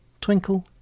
Twinkle